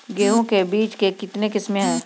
गेहूँ के बीज के कितने किसमें है?